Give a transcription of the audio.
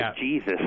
Jesus